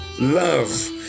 love